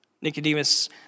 Nicodemus